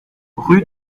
rue